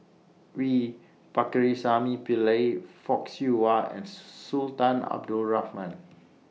V Pakirisamy Pillai Fock Siew Wah and Sultan Abdul Rahman